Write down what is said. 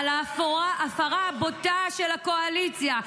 על ההפרה הבוטה של הקואליציה,